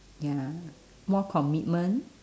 ya lah more commitment